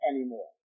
anymore